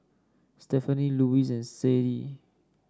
Stephenie Louise and Sade